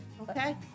okay